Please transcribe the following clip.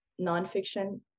nonfiction